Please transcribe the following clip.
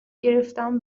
گرفتم